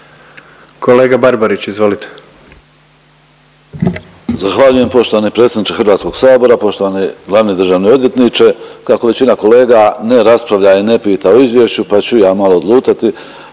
Kolega Barbarić, izvolite.